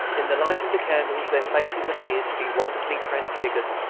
in the light of the candles their faces appeared to be wonderfully transfigured.